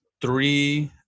three